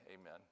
amen